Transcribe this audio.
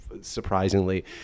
surprisingly